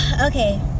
Okay